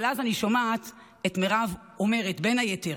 אבל אז אני שומעת את מירב אומרת, בין היתר,